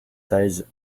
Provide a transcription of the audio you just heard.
seize